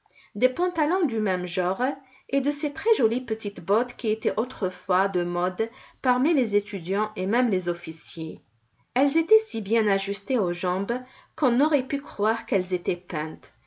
des pantalons du même genre et de ces très-jolies petites bottes qui étaient autrefois de mode parmi les étudiants et même les officiers elles étaient si bien ajustées aux jambes qu'on aurait pu croire qu'elles étaient peintes